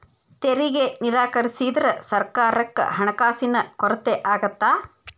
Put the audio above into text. ತೆರಿಗೆ ನಿರಾಕರಿಸಿದ್ರ ಸರ್ಕಾರಕ್ಕ ಹಣಕಾಸಿನ ಕೊರತೆ ಆಗತ್ತಾ